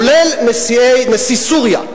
כולל נשיא סוריה.